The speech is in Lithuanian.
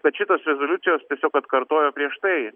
bet šitos rezoliucijos tiesiog atkartojo prieš tai